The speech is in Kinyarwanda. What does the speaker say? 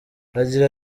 agira